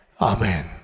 Amen